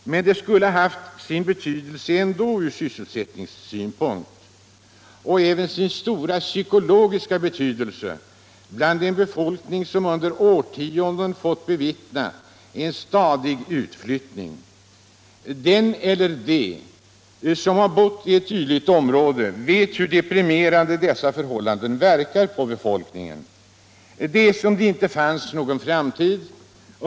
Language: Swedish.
Men de skulle ändå ha haft sin betydelse från sysselsättningssynpunkt och även sin stora psykologiska betydelse bland en befolkning som under årtionden fått bevittna en stadig utflyttning. Den eller de som har bott i ett dylikt område vet hur deprimerande dessa förhållanden verkar på befolkningen. Det är som om det inte fanns någon framtid.